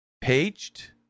paged